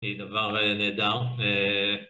‫היא דבר נהדר, ‫ו...